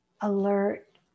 alert